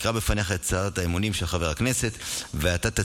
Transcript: אקרא בפניך את הצהרת האמונים של חבר הכנסת ואתה תצהיר: